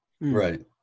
Right